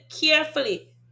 carefully